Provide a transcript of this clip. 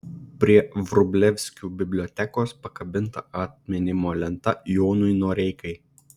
prie vrublevskių bibliotekos pakabinta atminimo lenta jonui noreikai